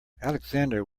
alexander